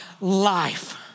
life